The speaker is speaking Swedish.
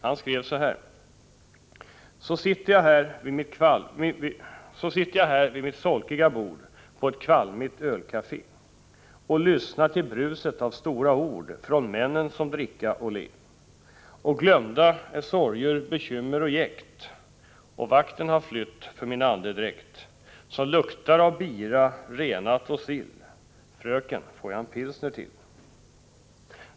Han skrev så här: Så sitter jag här vid mitt solkiga bord på ett kvalmigt ölkafé och lyssnar till bruset av stora ord från männen som dricka och le. Och glömda är sorger, bekymmer och jäkt och vakten har flytt för min andedräkt som luktar av bira, renat och sill Fröken, får jag en pilsner till!